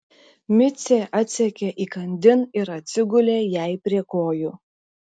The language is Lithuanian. micė atsekė įkandin ir atsigulė jai prie kojų